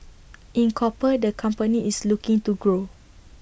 in copper the company is looking to grow